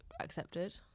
Accepted